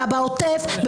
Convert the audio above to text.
בעוטף,